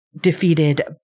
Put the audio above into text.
defeated